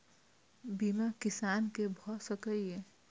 बीमा किसान कै भ सके ये?